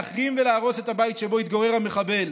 להחרים ולהרוס את הבית שבו התגורר המחבל.